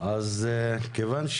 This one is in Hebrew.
על סדר-היום: